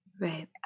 Right